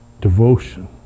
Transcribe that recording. devotion